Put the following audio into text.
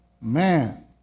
man